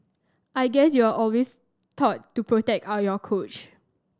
I guess you're always taught to protect on your coach